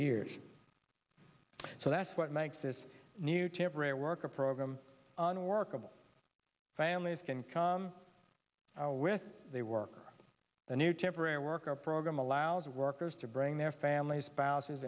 years so that's what makes this new temporary worker program unworkable families can come with they work the new temporary worker program allows workers to bring their families passes